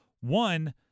One